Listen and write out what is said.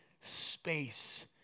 space